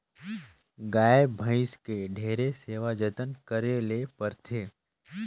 गाय, भइसी के ढेरे सेवा जतन करे ले परथे